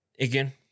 again